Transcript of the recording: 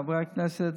חברי הכנסת,